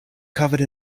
covered